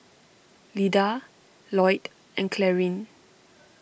Lyda Lloyd and Clarine